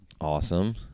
Awesome